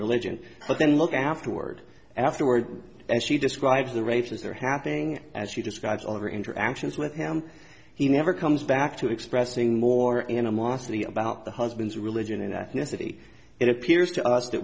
religion but then look afterward afterward and she describes the races are happening as she describes all of her interactions with him he never comes back to expressing more animosity about the husband's religion and ethnicity it appears to us